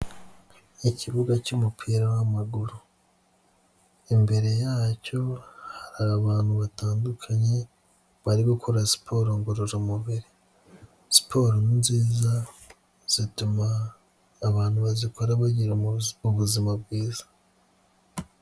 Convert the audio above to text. Ikibuga cy'umupira w'amaguru, imbere yacyo hari abantu batandukanye bari gukora siporo ngororamubiri, siporo ni nziza zituma abantu bazikora bagira mu buzima bwiza.